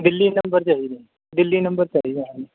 Delhi number ਚਾਹੀਦਾ Delhi number ਚਾਹੀਦਾ